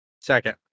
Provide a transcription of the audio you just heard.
Second